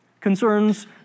concerns